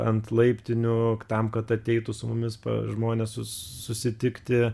ant laiptinių tam kad ateitų su mumis pa žmonės sus susitikti